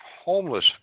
homeless